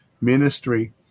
ministry